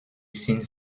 sind